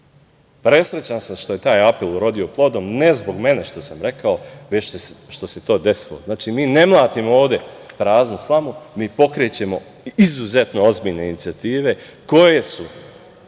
sam što je taj apel urodio plodom, ne zbog mene što sam rekao, već što se to desilo. Znači, mi ne mlatimo ovde praznu slamu, mi pokrećemo izuzetno ozbiljne inicijative, koje su